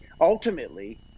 ultimately